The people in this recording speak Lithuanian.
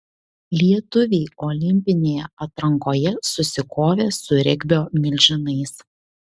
lietuviai olimpinėje atrankoje susikovė su regbio milžinais